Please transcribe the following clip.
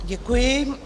Děkuji.